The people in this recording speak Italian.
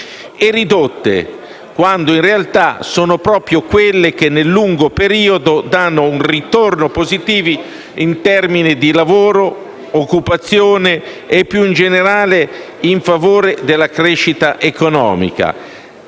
e ridotte, quando in realtà sono proprio quelle che nel lungo periodo danno un ritorno positivo in termini di lavoro, occupazione e, più in generale, in favore della crescita economica.